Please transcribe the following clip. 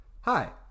Hi